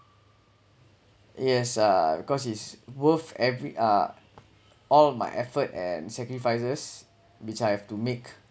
yes uh because it's worth every ah all my efforts and sacrifices which I have to make